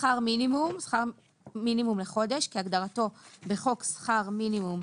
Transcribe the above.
"שכר מינימום" שכר מינימום לחודש כהגדרתו בחוק שכר מינימום